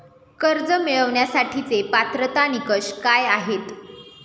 कर्ज मिळवण्यासाठीचे पात्रता निकष काय आहेत?